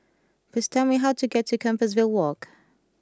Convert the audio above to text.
please tell me how to get to Compassvale Walk